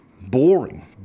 boring